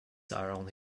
are